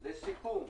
לסיכום.